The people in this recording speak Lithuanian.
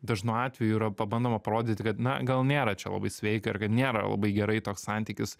dažnu atveju yra pabandoma parodyti kad na gal nėra čia labai sveika ir kad nėra labai gerai toks santykis